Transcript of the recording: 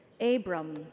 Abram